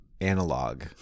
analog